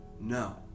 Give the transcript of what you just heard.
No